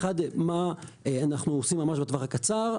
אחד מה אנחנו עושים ממש בטווח הקצר,